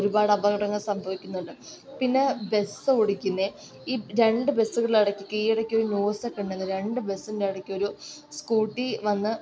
ഒരുപാട് അപകടങ്ങൾ സംഭവിക്കുന്നുണ്ട് പിന്നെ ബസ്സ് ഓടിക്കുന്നത് ഈ രണ്ട് ബസ്സുകൾ ഇടക്ക് ഈ ഇടക്ക് ഒരു ന്യൂസൊക്കെ ഉണ്ടായിരുന്നു രണ്ട് ബെസ്സിൻ്റെ ഇടക്ക് ഒരു സ്കൂട്ടി വന്ന്